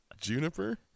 Juniper